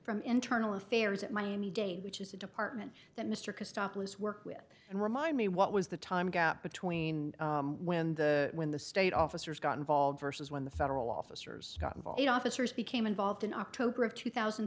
from internal affairs at miami dade which is a department that mr kostopoulos work with and remind me what was the time gap between when the when the state officers got involved versus when the federal officers got involved officers became involved in october of two thousand